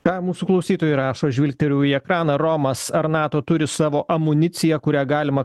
ką mūsų klausytojai rašo žvilgtelėjau į ekraną romas ar nato turi savo amuniciją kurią galima